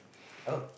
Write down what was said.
oh